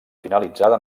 finalitzada